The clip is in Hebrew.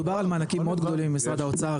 דובר על מענקים מאוד גדולים ממשרד האוצר,